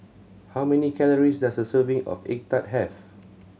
how many calories does a serving of egg tart have